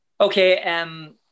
Okay